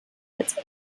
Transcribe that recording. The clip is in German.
als